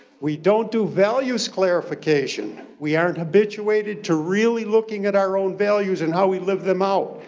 we don't do values clarification. we aren't habituated to really looking at our own values and how we live them out.